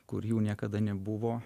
kur jų niekada nebuvo